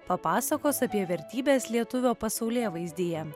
papasakos apie vertybes lietuvio pasaulėvaizdyje